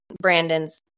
Brandon's